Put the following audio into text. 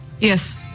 Yes